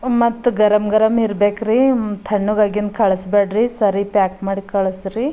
ಮತ್ತು ಗರಮ್ ಗರಮ್ ಇರಬೇಕ್ರಿ ತಣ್ಣಗಾಗಿನ ಕಳಿಸ್ಬೇಡ್ರಿ ಸರಿ ಪ್ಯಾಕ್ ಮಾಡಿ ಕಳಿಸ್ರಿ